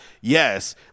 yes